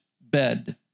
bed